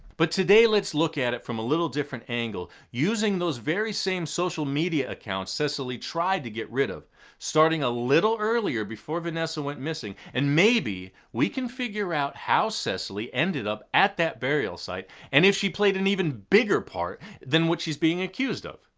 but today let's look at it from a little different angle using those very same social media accounts cecily tried to get rid of starting a little earlier, before vanessa went missing. and maybe we can figure out how cecily ended up at that burial site and if she played an even bigger part than what she's being accused of.